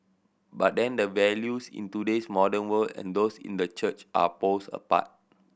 but then the values in today's modern world and those in the church are poles apart